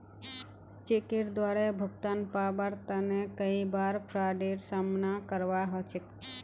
चेकेर द्वारे भुगतान पाबार तने कई बार फ्राडेर सामना करवा ह छेक